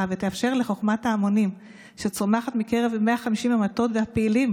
ותאפשר לחוכמת ההמונים שצומחת מקרב 150 המטות והפעילים